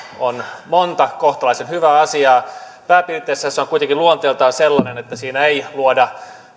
on monta kohtalaisen hyvää asiaa pääpiirteissään se on kuitenkin luonteeltaan sellainen että siinä ei luoda